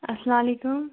اسلامُ علیکُم